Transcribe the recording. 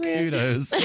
Kudos